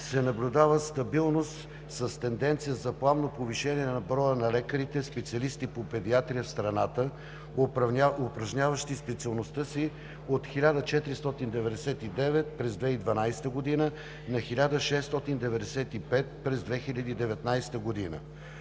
се наблюдава стабилност и тенденция за плавно повишаване на броя на лекарите специалисти по педиатрия, упражняващи специалността си – от 1499 през 2012 г. на 1695 през 2019 г.